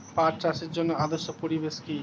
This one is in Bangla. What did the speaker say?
পাট চাষের জন্য আদর্শ পরিবেশ কি?